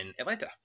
Atlanta